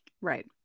Right